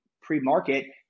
pre-market